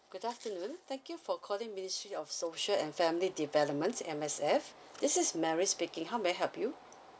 good afternoon thank you for calling ministry of social and family development M_S_F this is mary speaking how may I help you